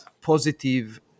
positive